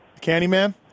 Candyman